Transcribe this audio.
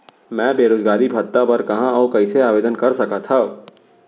मैं बेरोजगारी भत्ता बर कहाँ अऊ कइसे आवेदन कर सकत हओं?